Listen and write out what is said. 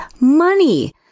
money